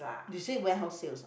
you say warehouse sales